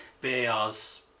VAR's